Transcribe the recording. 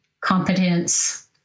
competence